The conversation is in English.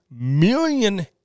million